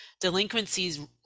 delinquencies